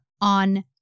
on